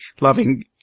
loving